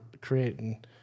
creating